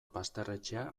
basterretxea